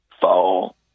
fall